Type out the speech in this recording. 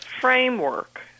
framework